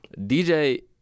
DJ